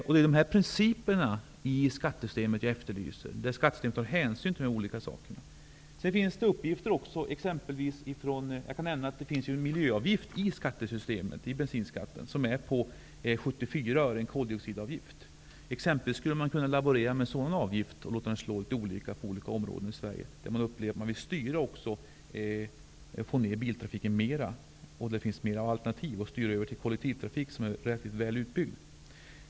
Det är dessa principer i skattesystemet som jag efterlyser, att man i skattesystemet tar hänsyn till olika saker. Jag kan nämna att det finns en miljöavgift inbyggd i bensinskatten. Det är en koldioxidavgift på 74 öre. Man skulle kunna laborera med en sådan avgift och låta den slå olika i olika områden i Sverige. Man kunde låta den slå hårdare i områden där man vill minska biltrafiken mer, där det finns fler alternativ och där det är möjligt att styra över till en kollektivtrafik som är relativt väl utbyggd.